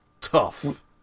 Tough